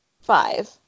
Five